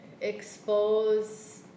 Expose